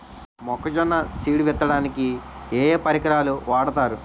మొక్కజొన్న సీడ్ విత్తడానికి ఏ ఏ పరికరాలు వాడతారు?